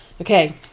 Okay